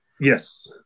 Yes